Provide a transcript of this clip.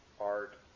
art